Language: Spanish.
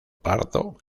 pardo